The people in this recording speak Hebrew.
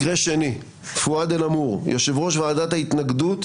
מקרה שני, פואד אלעמור, יושב-ראש ועדת ההתנגדות